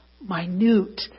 minute